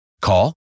Call